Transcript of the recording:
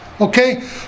Okay